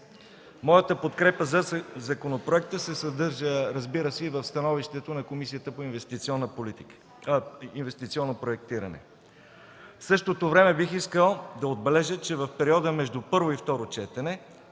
Моята подкрепа за законопроекта се съдържа, разбира се, и в становището на Комисията по инвестиционно проектиране. В същото време бих искал да отбележа, че в периода между първо и второ четене